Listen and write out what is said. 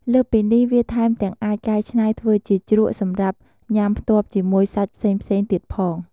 លើសពីនេះ វាថែមទាំងអាចកែច្នៃធ្វើជាជ្រក់សម្រាប់ញ៉ាំផ្ទាប់ជាមួយសាច់ផ្សេងៗទៀតផង។